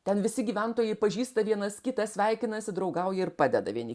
ten visi gyventojai pažįsta vienas kitą sveikinasi draugauja ir padeda vieni